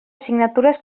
assignatures